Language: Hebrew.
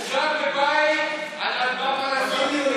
הוא גר בבית על אדמה פלסטינית,